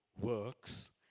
works